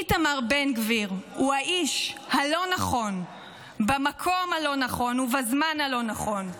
איתמר בן גביר הוא האיש הלא-נכון במקום הלא-נכון ובזמן הלא-נכון.